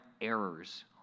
errors